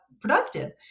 productive